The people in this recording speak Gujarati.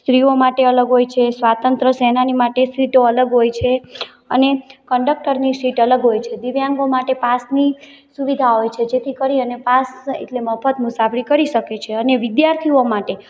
સ્ત્રીઓ માટે અલગ હોય છે સ્વાતંત્ર્ય સેનાનીઓ માટે સીટો અલગ હોય છે અને કંડકટરની સીટ અલગ હોય છે દિવ્યાંગો માટે પાસની સુવિધા હોય છે જેથી કરી અને પાસ એટલે મફત મુસાફરી કરી શકે છે અને વિદ્યાર્થીઓ માટે